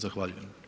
Zahvaljujem.